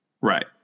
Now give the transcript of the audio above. Right